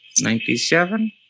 Ninety-seven